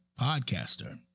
podcaster